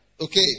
okay